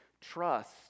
trust